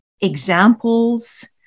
examples